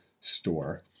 store